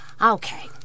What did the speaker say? Okay